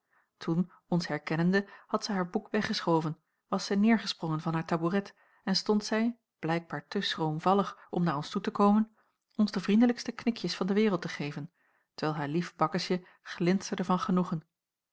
toen ons herkennende had zij haar boek weggeschoven was zij neêrgesprongen van haar taboeret en stond zij blijkbaar te schroomvallig om naar ons toe te komen ons de vriendelijkste knikjes van de wereld te geven terwijl haar lief bakkesje glinsterde van genoegen